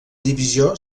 divisió